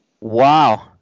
Wow